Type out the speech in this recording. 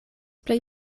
plej